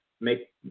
make